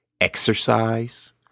exercise